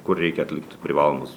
kur reikia atlikti privalomus